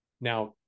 Now